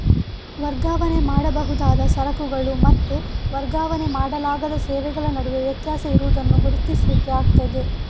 ವರ್ಗಾವಣೆ ಮಾಡಬಹುದಾದ ಸರಕುಗಳು ಮತ್ತೆ ವರ್ಗಾವಣೆ ಮಾಡಲಾಗದ ಸೇವೆಗಳ ನಡುವೆ ವ್ಯತ್ಯಾಸ ಇರುದನ್ನ ಗುರುತಿಸ್ಲಿಕ್ಕೆ ಆಗ್ತದೆ